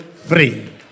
free